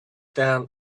down